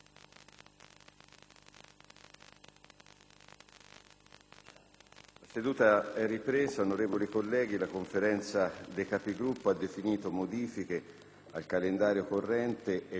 nuova finestra"). Onorevoli colleghi, la Conferenza dei Capigruppo ha definito modifiche al calendario corrente e il nuovo calendario dei lavori per la settimana successiva alla prossima, fino al 5 marzo.